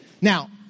Now